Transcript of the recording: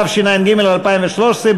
התשע"ג 2013,